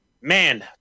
man